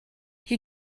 you